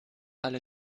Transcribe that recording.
alle